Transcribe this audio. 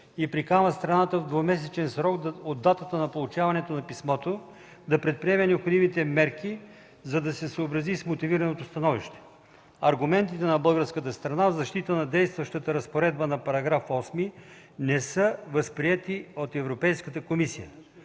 и приканва страната в двумесечен срок от датата на получаване на писмото да предприеме необходимите мерки, за да се съобрази с мотивираното становище. Аргументите на българската страна в защита на действащата разпоредба на § 8 не са възприети от Европейската комисия.